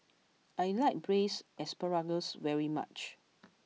I like Braised Asparagus very much